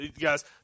guys